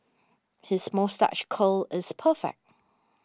his moustache curl is perfect